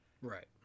Right